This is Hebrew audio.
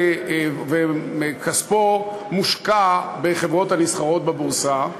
כספו מושקע בחברות הנסחרות בבורסה.